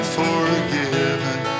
forgiven